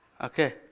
Okay